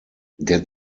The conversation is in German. der